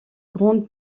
grande